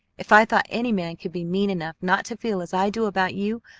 if i thought any man could be mean enough not to feel as i do about you,